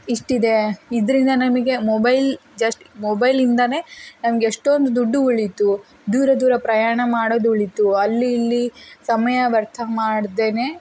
ಇಷ್ಟು ಇದೇ ಇದರಿಂದ ನಮಗೆ ಮೊಬೈಲ್ ಜಸ್ಟ್ ಮೊಬೈಲಿಂದಲೇ ನಮ್ಗೆ ಎಷ್ಟೊಂದು ದುಡ್ಡು ಉಳಿತು ದೂರ ದೂರ ಪ್ರಯಾಣ ಮಾಡೋದ್ ಉಳಿತು ಅಲ್ಲಿ ಇಲ್ಲಿ ಸಮಯ ವ್ಯರ್ಥ ಮಾಡ್ದೇ